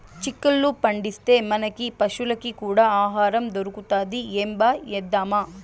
చిక్కుళ్ళు పండిస్తే, మనకీ పశులకీ కూడా ఆహారం దొరుకుతది ఏంబా ఏద్దామా